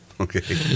okay